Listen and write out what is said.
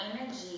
energy